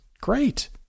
great